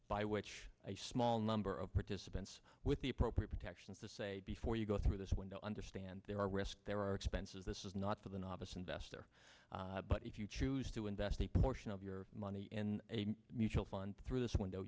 by which a small number of participants with the appropriate protections to say before you go through this window understand there are risks there are expenses this is not for the novice investor but if you choose to invest a portion of your money in a mutual fund through this window